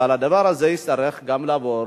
אבל הדבר הזה יצטרך גם לעבור